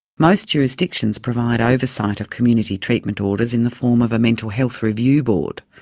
most jurisdictions provide oversight of community treatment orders in the form of a mental health review board,